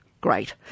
great